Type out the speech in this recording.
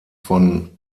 von